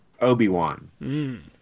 Obi-Wan